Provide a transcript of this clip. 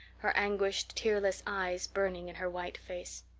her anguished, tearless eyes burning in her white face.